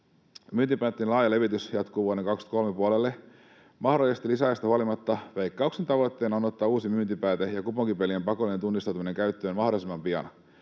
Myyntipäätteen laaja levitys jatkuu vuoden 23 puolelle. Mahdollisesta lisäajasta huolimatta Veikkauksen tavoitteena on ottaa uusi myyntipääte ja kuponkipelien pakollinen tunnistautuminen käyttöön mahdollisimman pian.